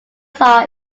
sar